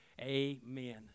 Amen